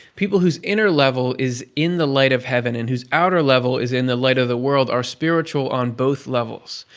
people whose inner level is in the light of heaven and whose outer level is in the light of the world are spiritual on both levels,